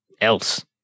else